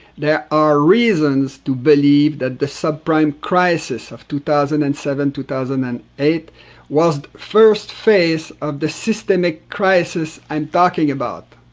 there are reasons to believe that the subprime crisis of two thousand and seven two thousand and eight was the first phase of the systemic crisis i am talking about.